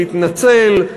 להתנצל,